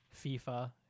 FIFA